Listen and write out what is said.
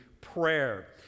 prayer